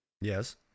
Yes